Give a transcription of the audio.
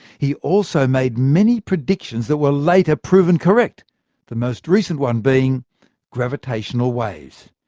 he also made many predictions that were later proven correct the most recent one being gravitational waves.